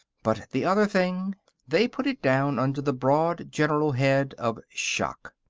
but the other thing they put it down under the broad general head of shock.